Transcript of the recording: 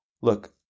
look